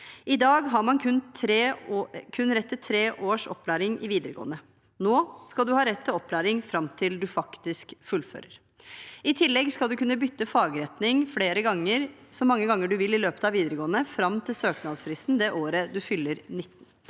I dag har man rett til kun tre års opplæring i videregående skole. Nå skal man ha rett til opplæring fram til man faktisk fullfører. I tillegg skal man kunne bytte fagretning så mange ganger man vil i løpet av videregående, fram til søknadsfristen det året man fyller 19